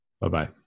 Bye-bye